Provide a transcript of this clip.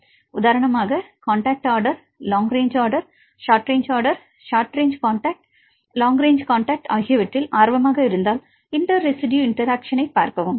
நீங்கள் உதாரணமாக contact order long range order short range order short range contact long range contact ஆகியவற்றில் ஆர்வமாக இருந்தால் இன்டெர் ரெஸிட்யு இன்டெராக்ஷன்ஐப் பார்க்கவும்